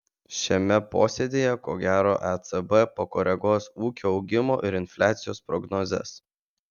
šiame posėdyje ko gero ecb pakoreguos ūkio augimo ir infliacijos prognozes